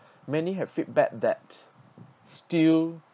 many have feedback that still